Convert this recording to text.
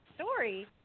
story